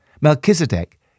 Melchizedek